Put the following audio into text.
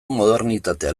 modernitatea